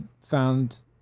found